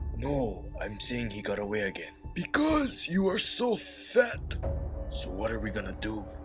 no, i'm saying he got away again. because you are so fat. so what are we gonna do?